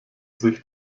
sich